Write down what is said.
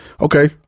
Okay